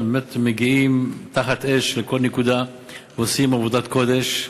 ובאמת מגיעים תחת אש לכל נקודה ועושים עבודת קודש.